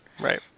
Right